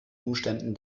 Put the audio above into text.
umständen